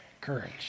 courage